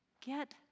get